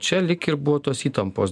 čia lyg ir buvo tos įtampos